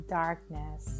darkness